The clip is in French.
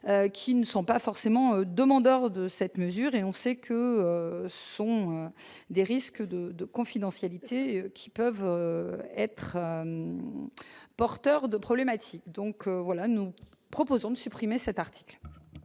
qui ne sont pas forcément demandeurs de cette mesure et on sait que ce sont des risques de de confidentialité qui peuvent être porteurs de problématiques, donc voilà, nous proposons de supprimer cet article.